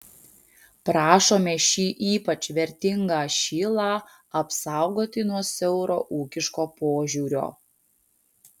prašome šį ypač vertingą šilą apsaugoti nuo siauro ūkiško požiūrio